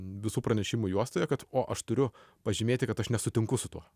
visų pranešimų juostoje kad o aš turiu pažymėti kad aš nesutinku su tuo